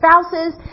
spouses